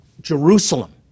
Jerusalem